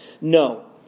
No